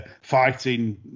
fighting